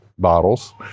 bottles